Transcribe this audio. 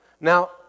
now